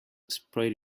sprayed